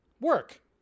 work